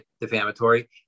defamatory